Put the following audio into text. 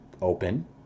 open